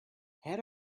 had